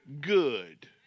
good